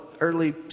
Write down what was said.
early